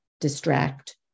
distract